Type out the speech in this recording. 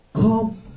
Come